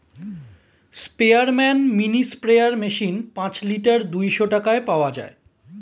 স্পেয়ারম্যান mini sprayer machine পাঁচ litre দুইশো টাকায় পাওয়া যায়